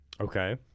Okay